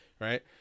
Right